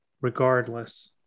regardless